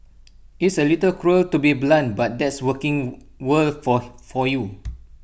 it's A little cruel to be blunt but that's working world for for you